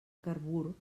carbur